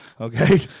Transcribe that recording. okay